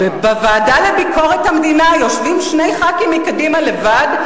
בישיבה של הוועדה לביקורת המדינה יושבים שני חברי כנסת מקדימה לבד,